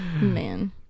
man